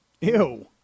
Ew